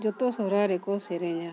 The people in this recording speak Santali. ᱡᱚᱛᱚ ᱥᱚᱦᱨᱟᱭ ᱨᱮᱠᱚ ᱥᱮᱨᱮᱧᱟ